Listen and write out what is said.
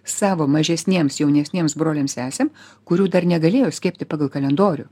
savo mažesniems jaunesniems broliams sesė kurių dar negalėjo skiepti pagal kalendorių